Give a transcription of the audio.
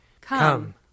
Come